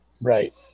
Right